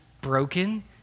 broken